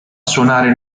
suonare